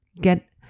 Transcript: get